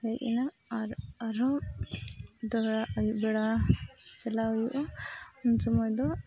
ᱦᱮᱡ ᱮᱱᱟᱢ ᱟᱨ ᱟᱨᱦᱚᱸ ᱫᱚᱦᱲᱟ ᱟᱹᱭᱩᱵ ᱵᱮᱲᱟ ᱪᱟᱞᱟᱣ ᱦᱩᱭᱩᱜᱼᱟ ᱩᱱ ᱥᱚᱢᱚᱭ ᱫᱚ